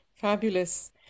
Fabulous